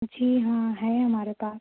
جی ہاں ہے ہمارے پاس